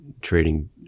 trading